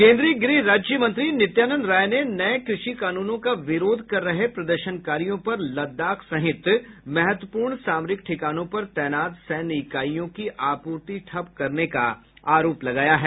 केन्द्रीय गृह राज्यमंत्री नित्यानंद राय ने नए कृषि कानूनों का विरोध कर रहे प्रदर्शनकारियों पर लद्दाख सहित महत्वपूर्ण सामरिक ठिकानों पर तैनात सैन्य इकाइयों की आपूर्ति ठप करने का आरोप लगाया है